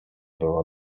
było